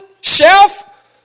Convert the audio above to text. shelf